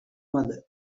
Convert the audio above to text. mother